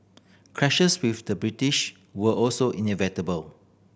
clashes with the British were also inevitable